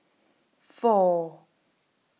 four